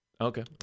Okay